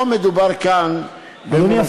לא מדובר כאן במונופול,